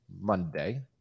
Monday